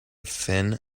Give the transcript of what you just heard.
thin